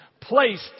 placed